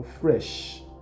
fresh